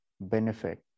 benefit